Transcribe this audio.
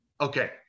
Okay